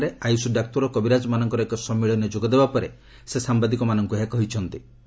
ଶିଲଂରେ ଆୟୁଷ ଡାକ୍ତର ଓ କବିରାଜମାନଙ୍କ ଏକ ସମ୍ମିଳନୀରେ ଯୋଗଦେବା ପରେ ସେ ସାମ୍ବାଦିକମାନଙ୍କୁ ଏହା କହିଛନ୍ତି